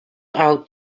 out